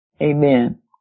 Amen